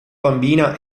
bambina